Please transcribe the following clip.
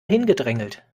hingedrängelt